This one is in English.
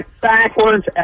backwards